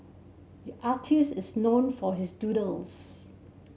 the artist is known for his doodles